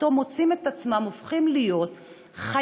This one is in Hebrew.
פתאום מוצאים את עצמם הופכים להיות חיילים